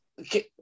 okay